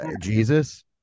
Jesus